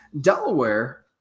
Delaware